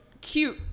cute